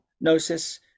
gnosis